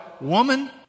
Woman